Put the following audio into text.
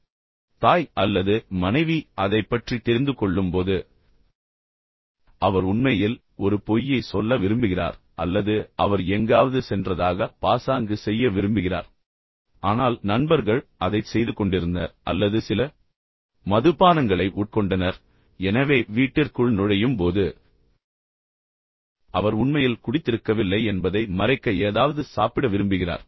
சரி இப்போது தாய் அல்லது மனைவி அதைப் பற்றி தெரிந்துகொள்ளும்போது அவர் உண்மையில் ஒரு பொய்யை சொல்ல விரும்புகிறார் அல்லது அவர் எங்காவது சென்றதாக பாசாங்கு செய்ய விரும்புகிறார் ஆனால் நண்பர்கள் அதைச் செய்து கொண்டிருந்தனர் அல்லது சில மதுபானங்களை உட்கொண்டனர் எனவே வீட்டிற்குள் நுழையும் போது அவர் உண்மையில் குடித்திருக்கவில்லை என்பதை மறைக்க ஏதாவது சாப்பிட விரும்புகிறார்